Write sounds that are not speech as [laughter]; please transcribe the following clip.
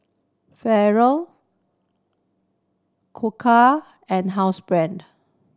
[unintelligible] Koka and Housebrand